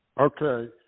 Okay